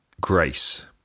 grace